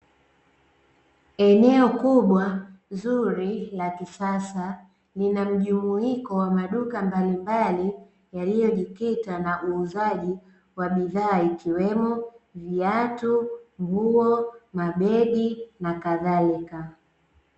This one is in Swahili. Eneo kubwa zuri la kisasa linamjumuiko wa maduka mbalimbali yaliyojikita na uuzaji wa bidhaa ikiwemo viatu, nguo, mabegi na kadhalika.